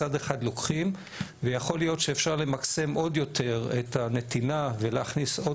מצד אחד לוקחים ויכול להיות שאפשר למקסם עוד יותר את הנתינה ולהכניס עוד